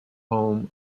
home